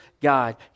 God